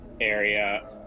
area